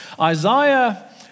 Isaiah